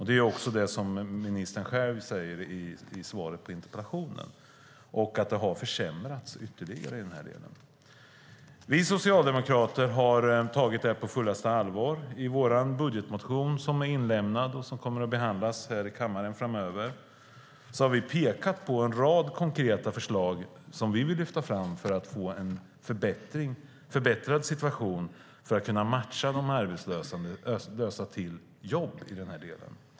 Det säger också ministern i sitt interpellationssvar och att det har försämrats ytterligare. Vi socialdemokrater har tagit detta på fullaste allvar. I vår budgetmotion som är inlämnad och kommer att behandlas i kammaren framöver har vi pekat på en rad konkreta förslag som vi vill lyfta fram för att få en förbättrad situation för att kunna matcha de arbetslösa till jobb.